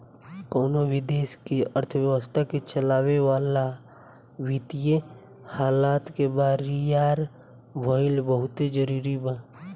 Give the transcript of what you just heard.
कवनो भी देश के अर्थव्यवस्था के चलावे ला वित्तीय हालत के बरियार भईल बहुते जरूरी बा